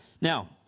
Now